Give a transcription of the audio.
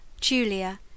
Julia